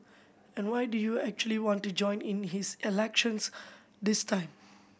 and why do you actually want to join in this elections this time